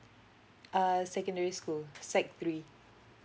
uh secondary school sec three